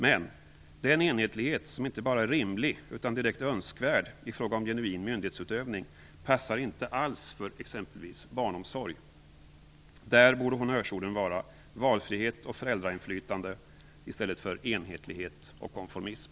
Men den enhetlighet som inte bara är rimlig utan direkt önskvärd i fråga om genuin myndighetsutövning passar inte alls för exempelvis barnomsorg. Där borde honnörsorden vara valfrihet och föräldrainflytande i stället för enhetlighet och konformism.